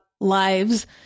lives